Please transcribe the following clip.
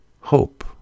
hope